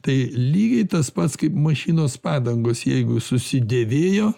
tai lygiai tas pats kaip mašinos padangos jeigu susidėvėjo